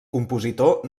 compositor